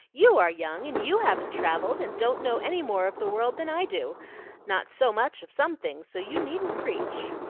you are young, and you haven't travelled, and don't know any more of the world than i do not so much of some things so you needn't preach.